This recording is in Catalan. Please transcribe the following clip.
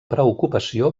preocupació